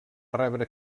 rebre